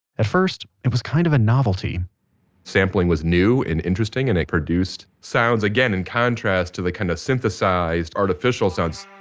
at first, it was kind of a novelty sampling was new and interesting. and it produced sounds again in contrast to the kind of synthesized, artificial sounds.